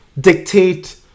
dictate